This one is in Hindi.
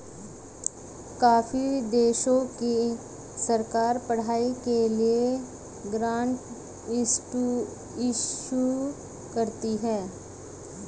काफी देशों की सरकार पढ़ाई के लिए ग्रांट इशू करती है